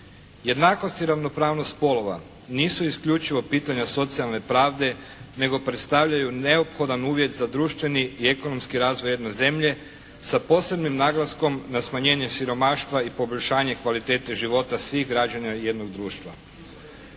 Jednakost i ravnopravnost spolova nisu isključivo pitanja socijalne pravde nego predstavljaju neophodan uvjet za društveni i ekonomski razvoj jedne zemlje, sa posebnim naglaskom na smanjenje siromaštva i poboljšanje kvalitete života svih građana jednog društva.